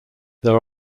there